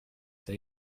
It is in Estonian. sai